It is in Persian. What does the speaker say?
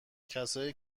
کسایی